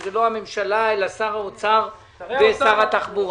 שזה לא יהיה באישור הממשלה אלא באישור שר האוצר ושר התחבורה.